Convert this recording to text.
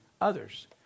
others